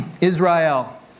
Israel